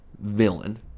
villain